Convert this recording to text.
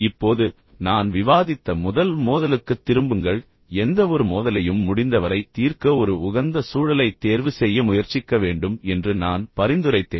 இப்போது நான் விவாதித்த முதல் மோதலுக்குத் திரும்புங்கள் எந்தவொரு மோதலையும் முடிந்தவரை தீர்க்க ஒரு உகந்த சூழலைத் தேர்வுசெய்ய முயற்சிக்க வேண்டும் என்று நான் பரிந்துரைத்தேன்